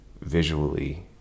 visually